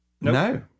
No